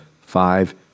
five